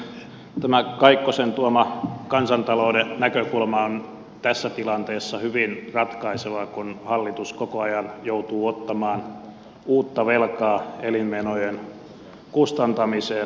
tämä kaikkosen tuoma kansantalouden näkökulma on tässä tilanteessa hyvin ratkaiseva kun hallitus koko ajan joutuu ottamaan uutta velkaa elinmenojen kustantamiseen